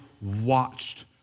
watched